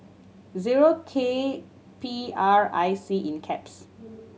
zero K P R I C